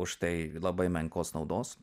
užtai labai menkos naudos